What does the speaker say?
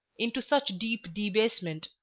into such deep debasement,